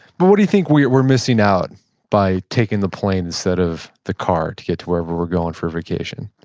what do you think we're we're missing out by taking the plane instead of the car to get to wherever we're going for vacation?